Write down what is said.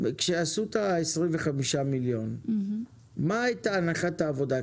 כשהחליטו על 25,000,000 ₪, מה הייתה הנחת העבודה?